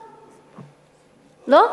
לא?